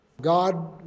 God